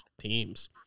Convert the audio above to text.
teams